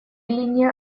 линии